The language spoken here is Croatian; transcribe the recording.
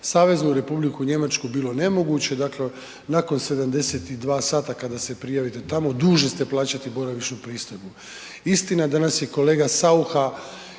za SR Njemačku bilo nemoguće, dakle, nakon 72 sata kada se prijavite tamo, dužni ste plaćati boravišnu pristojbu. Istina, danas je kolega Saucha